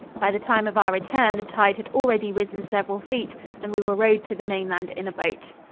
by the time of our return the tide had already risen several feet and we were rowed to the mainland in a boat.